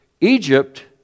Egypt